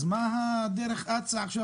אז מה הדרך רצה עכשיו,